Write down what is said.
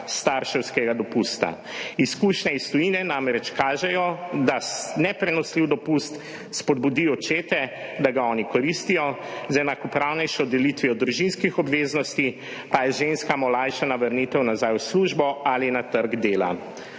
starševskega dopusta. Izkušnje iz tujine namreč kažejo, da neprenosljiv dopust spodbudi očete, da ga koristijo, z enakopravnejšo delitvijo družinskih obveznosti pa je ženskam olajšana vrnitev nazaj v službo ali na trg dela.